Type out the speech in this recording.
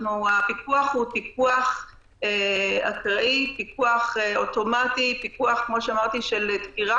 הפיקוח אקראי אוטומטי, פיקוח של דקירה.